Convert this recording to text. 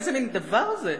איזה מין דבר זה?